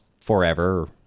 forever